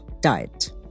diet